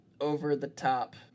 over-the-top